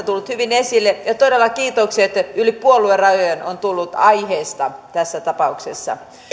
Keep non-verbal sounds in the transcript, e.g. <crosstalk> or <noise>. <unintelligible> tullut hyvin esille ja todella kiitokset yli puoluerajojen ovat tulleet aiheesta tässä tapauksessa